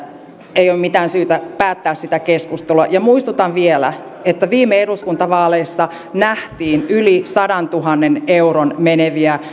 ei ole mitään syytä päättää sitä keskustelua ja muistutan vielä että viime eduskuntavaaleissa nähtiin yli sadantuhannen euron meneviä